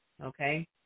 okay